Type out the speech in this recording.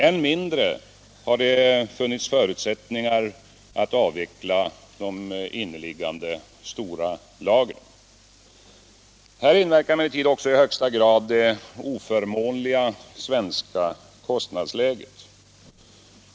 Än mindre har det funnits förutsättningar att avveckla de inneliggande stora lagren. Här inverkar emellertid också i högsta grad det oförmånliga svenska kostnadsläget.